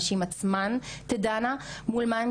ואם לא נדע מה זה, לא נדע שאנחנו נפגעות מזה.